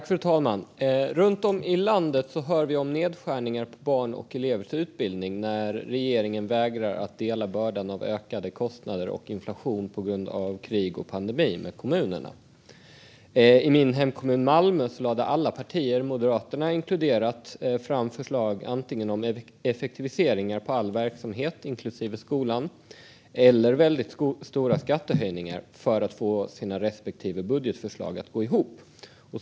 Fru talman! Runt om i landet hör vi om nedskärningar på barns och elevers utbildning när regeringen vägrar att dela bördan med kommunerna när det gäller ökade kostnader och inflation på grund av krig och pandemi. I min hemkommun Malmö lade alla partier, Moderaterna inkluderat, fram förslag om antingen effektiviseringar inom all verksamhet, inklusive skolan, eller väldigt stora skattehöjningar för att få sina respektive budgetförslag att gå ihop.